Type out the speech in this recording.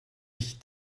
ich